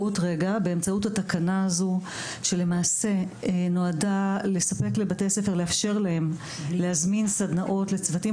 התקנה הזו נועדה לאפשר לבתי הספר להזמין סדנאות לצוותים